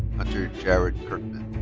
hunter jared kirkman.